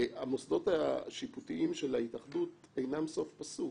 המוסדות השיפוטיים של ההתאחדות אינם סוף פסוק.